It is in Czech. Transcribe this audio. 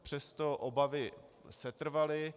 Přesto obavy setrvaly.